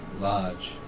large